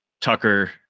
Tucker